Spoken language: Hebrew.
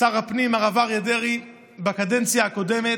שר הפנים הרב אריה דרעי בקדנציה הקודמת,